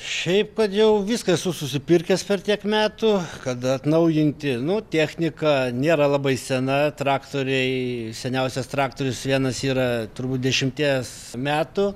šiaip kad jau viską esu susipirkęs per tiek metų kada atnaujinti nu technika nėra labai sena traktoriai seniausias traktorius vienas yra turbūt dešimties metų